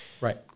Right